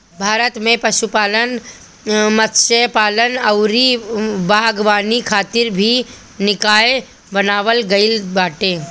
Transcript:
भारत में पशुपालन, मत्स्यपालन अउरी बागवानी खातिर भी निकाय बनावल गईल बाटे